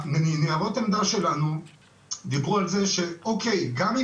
ניירות העמדה שלנו דיברו על זה שגם אם